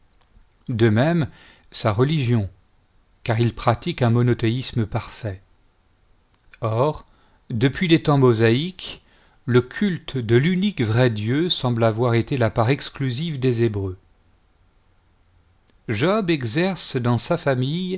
de même sa religion car il pratique un monothéisme parfait or depuis les temps mosaïques le culte de l'unique vrai dieu semble avoir été la part exclusive des hébreux job exerce dans sa famille